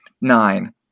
nine